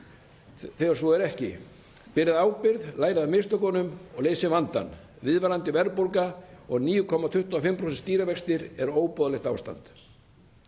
þegar svo er ekki. Berið ábyrgð, lærið af mistökunum og leysið vandann. Viðvarandi verðbólga og 9,25% stýrivextir er óboðlegt ástand.